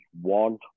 One